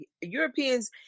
Europeans